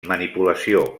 manipulació